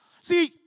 See